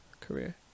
career